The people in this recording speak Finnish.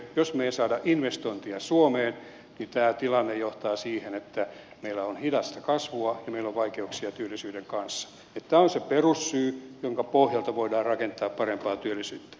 jos me emme saa investointeja suomeen niin tämä tilanne johtaa siihen että meillä on hidasta kasvua ja meillä on vaikeuksia työllisyyden kanssa ja tämä on se perussyy jonka pohjalta voidaan rakentaa parempaa työllisyyttä